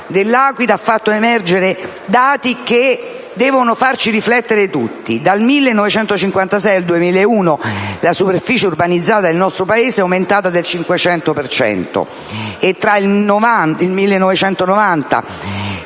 dell'Aquila ha fatto emergere dati che devono far riflettere tutti. Dal 1956 al 2001 la superficie urbanizzata del nostro Paese è aumentata del 500 per cento; tra il 1990